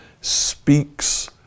speaks